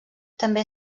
també